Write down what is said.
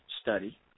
study